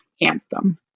Anthem